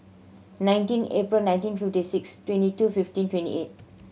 nineteen April nineteen fifty six twenty two fifteen twenty eight